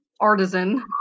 artisan